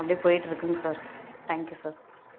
அப்படியே போய்கிட்டு இருக்குதுங்க சார் தேங்க் யூ சார்